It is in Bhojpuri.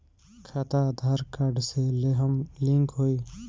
खाता आधार कार्ड से लेहम लिंक होई?